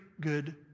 good